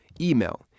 Email